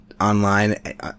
online